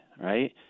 right